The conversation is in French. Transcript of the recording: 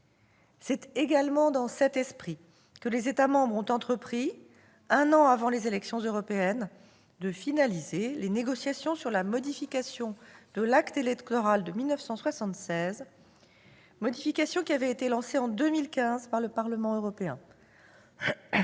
C'est également dans cet esprit que les États membres ont entrepris, un an avant les élections européennes, de finaliser les négociations sur la modification de l'acte électoral de 1976, qui avait été lancée en 2015 par le Parlement européen.